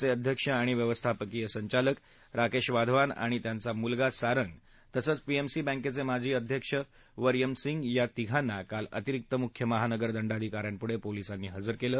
चे अध्यक्ष आणि व्यवस्थापकीय संचालक राकेश वाधवान आणि त्याचा मुलगा सारंग तसंच पीएमसी बँकेचे माजी अध्यक्ष वर्यम सिंग या तिघांना काल अतिरिक्त मुख्य महानगर दंडाधिका यांपुढं पोलिसांनी हजर केलं